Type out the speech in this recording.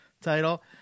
title